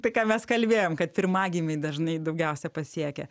tai ką mes kalbėjom kad pirmagimiai dažnai daugiausia pasiekia